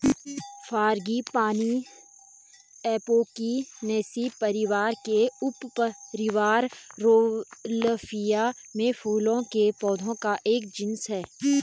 frangipani Apocynaceae परिवार के उपपरिवार रौवोल्फिया में फूलों के पौधों का एक जीनस है